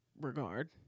regard